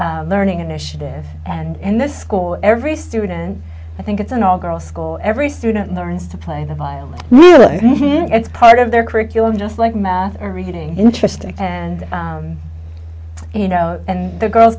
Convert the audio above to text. learning initiative and the school every student i think it's an all girl school every student learns to play the violin and it's part of their curriculum just like math or reading interesting and you know and the girls